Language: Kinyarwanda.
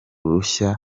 ruhushya